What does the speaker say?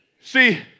See